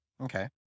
Okay